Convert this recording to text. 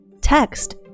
text